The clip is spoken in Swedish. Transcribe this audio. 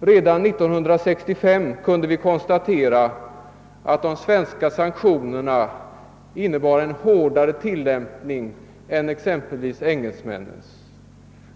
Redan 1965 kunde vi konstatera att de svenska sanktionerna innebar en hårdare tillämpning än exempelvis engelsmännens.